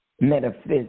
metaphysics